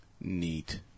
Neat